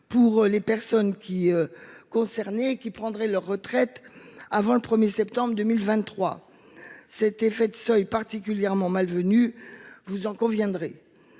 mesure aux personnes qui prendraient leur retraite avant le 1 septembre 2023. Cet effet de seuil est particulièrement malvenu, vous en conviendrez.